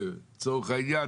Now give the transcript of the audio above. לצורך העניין,